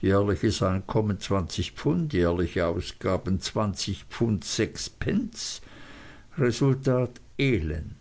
jährliches einkommen zwanzig pfund jährliche ausgaben zwanzig pfund sechs pence resultat elend